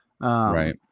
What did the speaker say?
Right